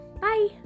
Bye